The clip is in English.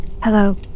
Hello